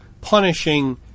punishing